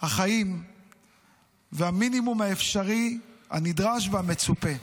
והמינימום האפשרי הנדרש והמצופה.